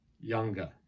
younger